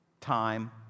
time